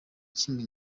kimwe